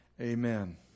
Amen